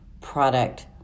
product